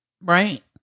Right